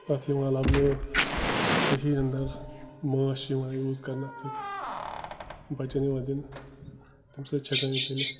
اَتھ یِوان لَبنہٕ کٔشیٖرِ انٛدر ماچھ چھِ یوان یوٗز کَرنہٕ اَتھ سۭتۍ بَچَن یِوان دِنہٕ تَمہِ سۭتۍ چھِ ہٮ۪کان یہِ ژٔلِتھ